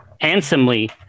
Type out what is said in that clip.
handsomely